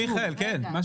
מיכאל, כן.